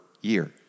year